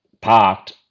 parked